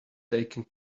taking